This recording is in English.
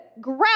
Grab